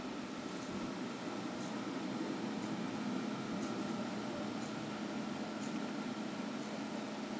mm